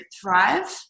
thrive